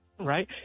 right